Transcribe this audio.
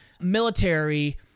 military